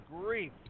grief